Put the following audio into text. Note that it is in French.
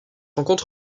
rencontre